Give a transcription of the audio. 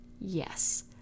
Yes